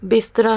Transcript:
ਬਿਸਤਰਾ